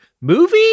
movie